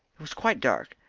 it was quite dark,